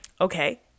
Okay